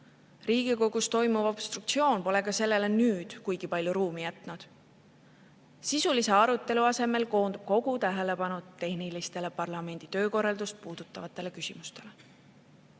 Riigikogus toimuv obstruktsioon pole sellele ka nüüd kuigi palju ruumi jätnud. Sisulise arutelu asemel koondub kogu tähelepanu tehnilistele, parlamendi töökorraldust puudutavatele küsimustele.